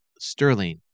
Sterling